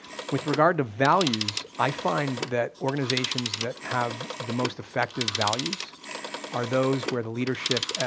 with regard to values, i find that organizations that have the most effective values are those where the leadership,